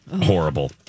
horrible